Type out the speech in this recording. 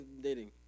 dating